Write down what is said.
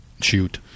shoot